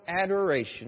adoration